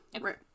Right